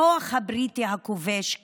הכוח הבריטי הכובש כאן?